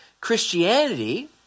Christianity